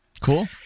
Cool